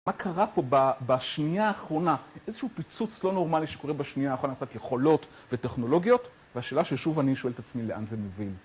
מה קרה פה בשנייה האחרונה? איזשהו פיצוץ לא נורמלי שקורה בשנייה האחרונה מבחינת יכולות וטכנולוגיות? והשאלה ששוב אני אשואל את עצמי לאן זה מבין.